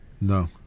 No